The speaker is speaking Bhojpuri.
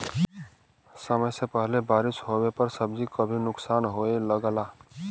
समय से पहिले बारिस होवे पर सब्जी क भी नुकसान होये लगला